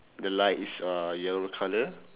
the light is uh yellow colour